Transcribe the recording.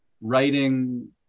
writing